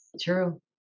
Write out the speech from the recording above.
True